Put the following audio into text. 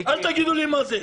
אל תגידו לי מה זה.